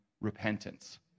repentance